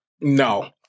No